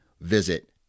visit